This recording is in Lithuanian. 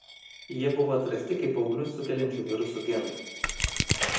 jie buvo atrasti kaip auglius sukeliančių virusų genai